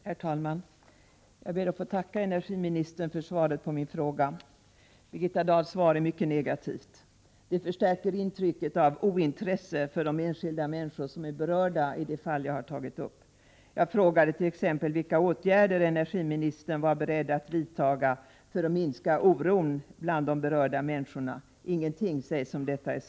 Herr talman! Jag ber att få tacka energiministern för svaret på min fråga. Birgitta Dahls svar är mycket negativt. Det förstärker intrycket av ointresse för de enskilda människor som berörs i de fall som jag här har tagit upp. Jag har t.ex. frågat vilka åtgärder energiministern är beredd att vidtaga för att minska oron bland de berörda människorna. I svaret sägs ingenting därom.